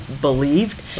believed